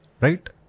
Right